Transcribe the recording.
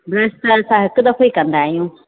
brush त असां हिकु दफ़े कंदा आहियूं